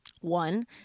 One